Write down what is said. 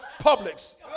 Publix